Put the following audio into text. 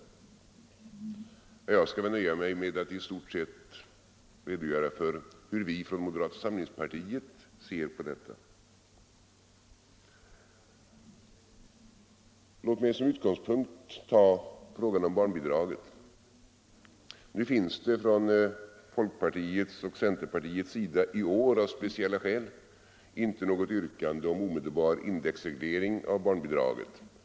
Jag skall i stort sett nöja mig med att redogöra för hur vi i moderata samlingspartiet ser på detta. Låt mig som utgångspunkt ta frågan om barnbidraget. Från folkpartiet och centerpartiets sida finns det i år — av speciella skäl — inte något yrkande om omedelbar indexreglering av barnbidraget.